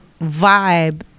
vibe